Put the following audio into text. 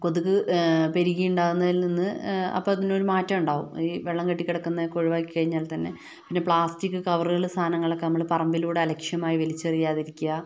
കൊതുക് പെരുകിയുണ്ടാവുന്നതിൽ നിന്ന് അപ്പോൾ അതിനൊരു മാറ്റമുണ്ടാകും ഈ വെള്ളം കെട്ടികിടക്കുന്നതൊക്കെ ഒഴിവാക്കി കഴിഞ്ഞാൽ തന്നെ പിന്നെ പ്ലാസ്റ്റിക് കവറുകൾ സാധനങ്ങളൊക്കെ നമ്മൾ പറമ്പിലൂടെ അലക്ഷ്യമായി വലിച്ചെറിയാതിരിക്കുക